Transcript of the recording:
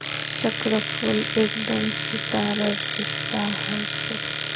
चक्रफूल एकदम सितारार हिस्सा ह छेक